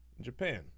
Japan